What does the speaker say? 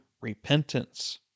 repentance